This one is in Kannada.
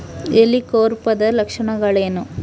ಹೆಲಿಕೋವರ್ಪದ ಲಕ್ಷಣಗಳೇನು?